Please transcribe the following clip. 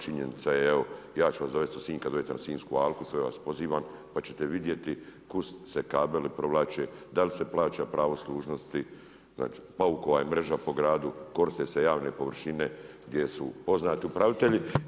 Činjenica je evo, ja ću vas dovesti u Sinj kad dođete na Sinjsku alku, sve vas pozivam, pa ćete vidjeti kud se kabeli provlače, da li se plaća pravo služnosti, paukova i mreža je po gradu, koriste se javne površine gdje su poznati upravitelji.